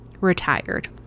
retired